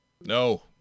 No